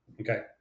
okay